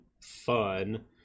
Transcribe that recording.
fun